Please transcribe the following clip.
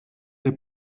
der